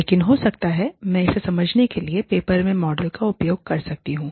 लेकिन हो सकता है मैं इसे समझाने के लिए पेपर में मॉडल का उपयोग कर सकता हूँ